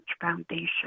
Foundation